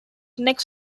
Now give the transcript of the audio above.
next